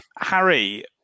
Harry